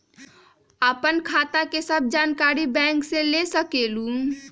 आपन खाता के सब जानकारी बैंक से ले सकेलु?